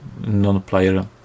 non-player